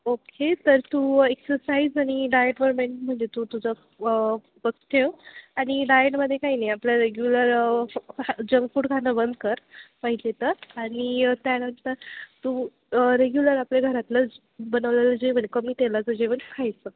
okay तर तू exercise आणि डाएटवर मेन म्हणजे तू तुझा फोकस ठेव आणि डाएटमध्ये काही नाही आपलं रेग्युलर हा जंक फूड खाणं बंद कर पहिले तर आणि त्यानंतर तू रेग्युलर आपल्या घरातलं बनवलेलं जेवण कमी तेलाचं जेवण खायचं